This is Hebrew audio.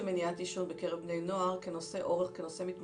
מניעת עישון בקרב בני נוער כנושא מתמשך.